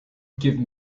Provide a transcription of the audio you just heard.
give